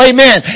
Amen